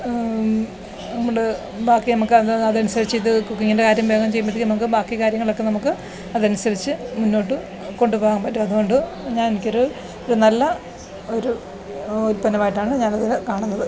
അതുകൊണ്ട് ബാക്കി നമുക്ക് അത് അതനുസരിച്ച് ഇത് കുക്കിങ്ങിൻ്റെ കാര്യം വേഗം ചെയ്യുമ്പോഴത്തേക്ക് നമുക്ക് ബാക്കി കാര്യങ്ങളൊക്കെ നമുക്ക് അതനുസരിച്ച് മുന്നോട്ട് കൊണ്ട് പോകാൻ പറ്റും അത്കൊണ്ട് ഞാൻ എനിക്കൊരു ഒരു നല്ല ഒരു ഉല്പന്നമായിട്ടാണ് ഞാനിതിനെ കാണുന്നത്